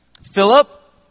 Philip